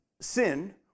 sin